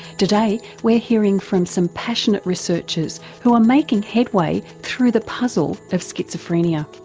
today we're hearing from some passionate researchers who are making headway through the puzzle of schizophrenia.